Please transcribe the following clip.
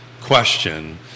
question